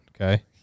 Okay